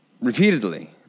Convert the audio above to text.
repeatedly